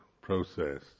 process